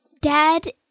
Dad